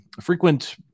frequent